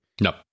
No